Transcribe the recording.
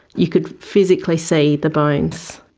you could physically see the bones.